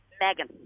Megan